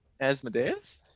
Asmodeus